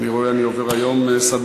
אני רואה שאני עובר פה היום סדנה.